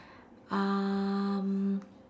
um